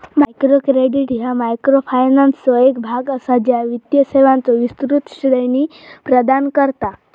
micro credit ह्या मायक्रोफायनान्सचो एक भाग असा, ज्या वित्तीय सेवांचो विस्तृत श्रेणी प्रदान करता